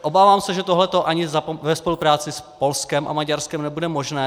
Obávám se, že tohle ani ve spolupráci s Polskem a Maďarskem nebude možné.